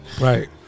Right